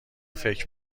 فکر